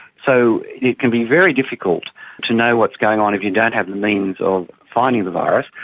so it can be very difficult to know what's going on if you don't have the means of finding the virus.